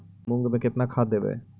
मुंग में केतना खाद देवे?